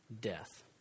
death